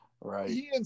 Right